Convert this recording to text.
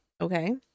Okay